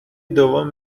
دوم